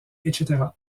etc